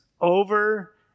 over